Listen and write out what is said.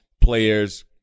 players